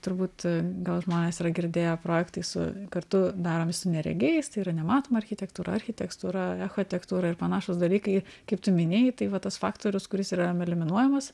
turbūt gal žmonės yra girdėję projektai su kartu daromi su neregiais tai yra nematoma architektūra architektūra echotektura ir panašūs dalykai kaip tu minėjai tai va tas faktorius kuris yra emiliminuojamas